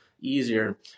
easier